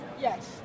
Yes